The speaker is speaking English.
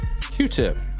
Q-Tip